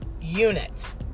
unit